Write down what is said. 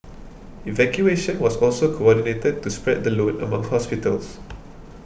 evacuation was also coordinated to spread the load among hospitals